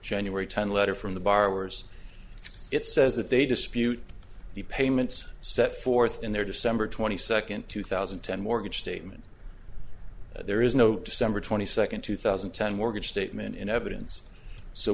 january ten letter from the borrowers it says that they dispute the payments set forth in their december twenty second two thousand and ten mortgage statement there is no december twenty second two thousand and ten mortgage statement in evidence so